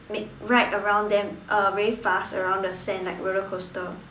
make ride around them uh very fast around the sand like roller coaster